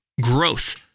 growth